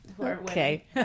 Okay